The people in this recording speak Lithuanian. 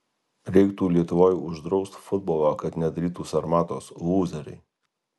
reiktų lietuvoj uždraust futbolą kad nedarytų sarmatos lūzeriai